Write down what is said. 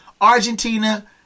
Argentina